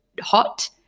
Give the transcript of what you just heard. hot